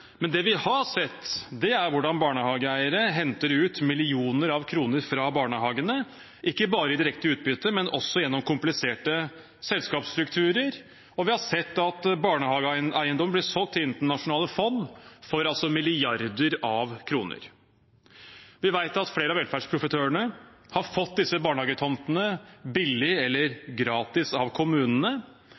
Det vi har sett, er hvordan barnehageeiere henter ut millioner av kroner fra barnehagene, ikke bare i direkte utbytte, men også gjennom kompliserte selskapsstrukturer, og vi har sett at barnehageeiendom blir solgt til internasjonale fond for milliarder av kroner. Vi vet at flere av velferdsprofitørene har fått disse barnehagetomtene billig eller gratis av kommunene.